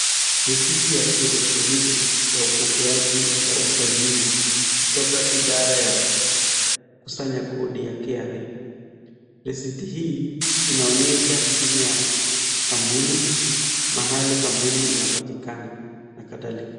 Risiti ya kielektroniki ya upokeaji yausajili kutoka idara ya kusanya kodi ya Kra, risiti hii inaonyesha jina ya kampuni, mahali kampuni inapatikana na kadhalika.